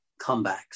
comebacks